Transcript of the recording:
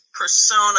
persona